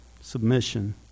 submission